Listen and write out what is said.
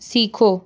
सीखो